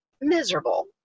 miserable